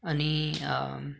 अनि